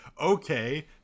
okay